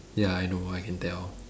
ya I know I can tell